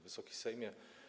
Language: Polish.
Wysoki Sejmie!